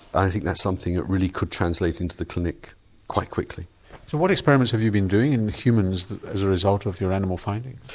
i think that's something that really could translate into the clinic quite quickly. so what experiments have you been doing in humans as a result of your animal findings?